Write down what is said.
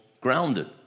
grounded